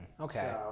Okay